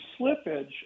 slippage